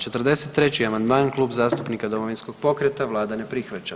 43. amandman Klub zastupnika Domovinskog pokreta, Vlada ne prihvaća.